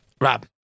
Rob